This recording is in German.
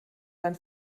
sein